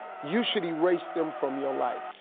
you should erase them from your life.